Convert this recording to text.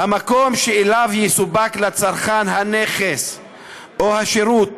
"המקום שאליו יסופק לצרכן הנכס או השירות,